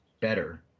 better